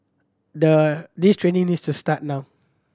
the this training needs to start now